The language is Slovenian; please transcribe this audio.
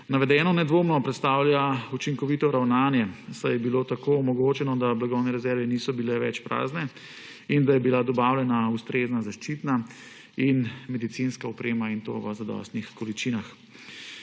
Navedeno nedvomno predstavlja učinkovito ravnanje, saj je bilo tako omogočeno, da blagovne rezerve niso bile več prazne in da je bila dobavljena ustrezna zaščitna in medicinska oprema, in to v zadostnih količinah.